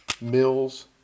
Mills